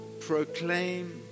proclaim